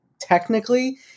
technically